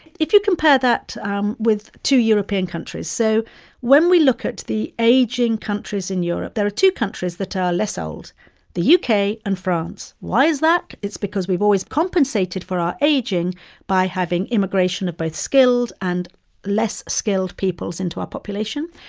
if you compare that um with two european countries so when we look at the aging countries in europe, there are two countries that are less old the u k. and france. why is that? it's because we've always compensated for our aging by having immigration of both skilled and less skilled peoples into our population.